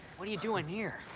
what are you doing here?